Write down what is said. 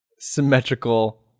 symmetrical